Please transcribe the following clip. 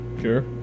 Sure